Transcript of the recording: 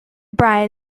brian